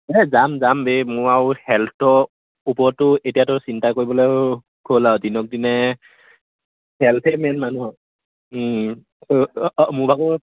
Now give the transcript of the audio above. এই যাম যাম বে মোৰ আৰু হেলথৰ ওপৰততো এতিয়াতো চিন্তা কৰিবলৈও হ'ল আৰু দিনক দিনে হেলথে মেইন মানুহৰ মোৰভাগৰো